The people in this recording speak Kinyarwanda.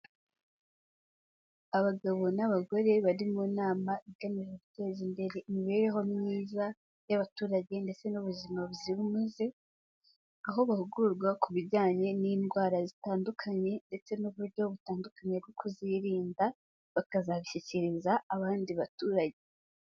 Abagabo n'abagore bari mu nama igamije guteza imbere imibereho myiza y'abaturage ndetse n'ubuzima buzira umuze, aho bahugurwa ku bijyanye n'indwara zitandukanye ndetse n'uburyo butandukanye bwo kuzirinda, bakazabishyikiriza abandi baturage.